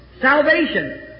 salvation